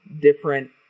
different